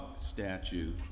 statue